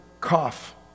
cough